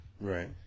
Right